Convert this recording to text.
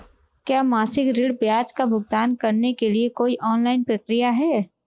क्या मासिक ऋण ब्याज का भुगतान करने के लिए कोई ऑनलाइन प्रक्रिया है?